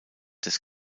des